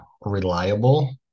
reliable